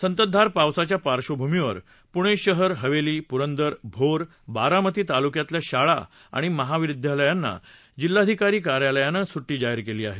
संततधार पावसाच्या पार्श्वभूमीवर पुणे शहर हवेली पुरंदर भोर बारामती तालूक्यातल्या शाळा आणि महाविद्यालयाना जिल्हाधिकारी कार्यालयाना सुट्टी जाहीर केली आहे